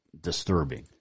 disturbing